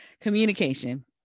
Communication